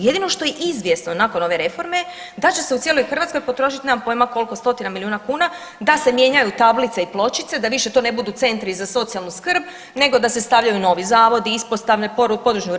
Jedino što je izvjesno nakon ove reforme da će se u cijeloj Hrvatskoj potrošiti nemam pojma koliko stotina milijuna kuna, da se mijenjaju tablice i pločice, da više to ne budu centri za socijalnu skrb nego da se stavljaju novi zavodi, ispostave, područni uredi.